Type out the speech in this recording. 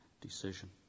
decision